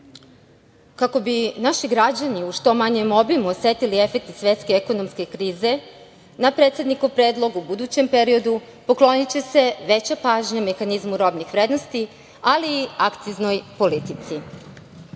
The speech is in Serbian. bi naši građani u što manjem obimu osetili efekte svetske ekonomske krize, na predsednikov predlog, u budućem periodu pokloniće se veća pažnja mehanizmu robnih vrednosti, ali i akciznoj politici. Drugi